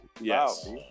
Yes